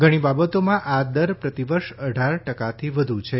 ઘણી બાબતોમાં આ દર પ્રતિવર્ષ અઢાર ટકાથી વધુ છે